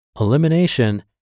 elimination